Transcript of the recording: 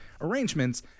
arrangements